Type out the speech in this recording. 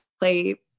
play